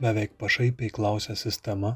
beveik pašaipiai klausia sistema